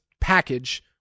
package